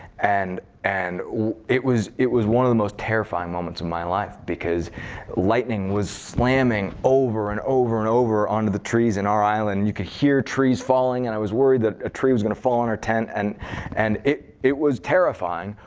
and and it was it was one of the most terrifying moments in my life, because lightning was slamming over and over and over onto the trees on our island. you could hear trees falling, and i was worried that a tree was going to fall on our tent. and and it it was terrifying.